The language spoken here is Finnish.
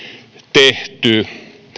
tehty